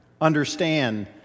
understand